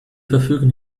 verfügen